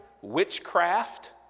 witchcraft